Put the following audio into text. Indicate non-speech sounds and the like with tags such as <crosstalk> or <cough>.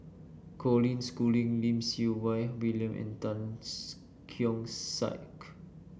Colin Schooling Lim Siew Wai William and Tan <unintelligible> Keong Saik